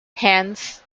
hence